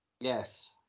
Yes